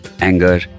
anger